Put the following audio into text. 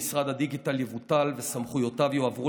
משרד הדיגיטל יבוטל וסמכויותיו יועברו